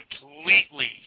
completely